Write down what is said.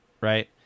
right